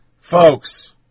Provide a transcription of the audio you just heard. Folks